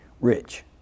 rich